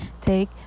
Take